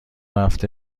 هفته